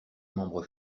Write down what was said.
membres